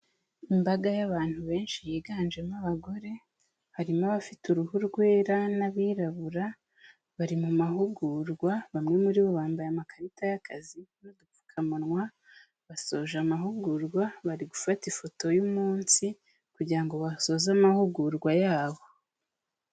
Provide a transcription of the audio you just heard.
Imbaga y'abantu benshi yiganjemo abagore, harimo abafite uruhu rwera n'abirabura bari mu mahugurwa bamwe muri bo bambaye amakarita y'akazi n'udupfukamunwa, basoje amahugurwa bari gufata ifoto y'umunsi kugira ngo basoze amahugurwa yabo.